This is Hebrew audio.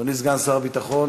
אדוני סגן שר הביטחון,